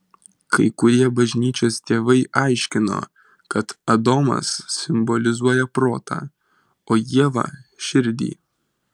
kai kurie bažnyčios tėvai aiškino kad adomas simbolizuoja protą o ieva širdį